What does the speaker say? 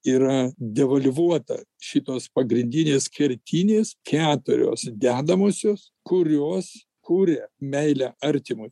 yra devalvuota šitos pagrindinės kertinės keturios dedamosios kurios kūrė meilę artimui